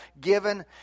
given